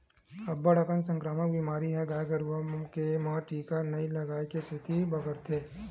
अब्बड़ कन संकरामक बेमारी ह गाय गरुवा के म टीका नइ लगवाए के सेती बगरथे